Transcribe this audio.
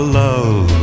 love